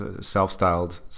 self-styled